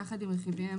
יחד עם רכיביהם